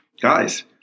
guys